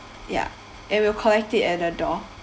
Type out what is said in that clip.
ya and we'll collect it at the door